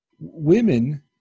women